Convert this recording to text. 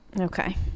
Okay